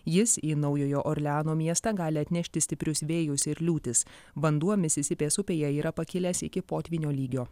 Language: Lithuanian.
jis į naujojo orleano miestą gali atnešti stiprius vėjus ir liūtis vanduo misisipės upėje yra pakilęs iki potvynio lygio